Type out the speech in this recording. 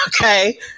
okay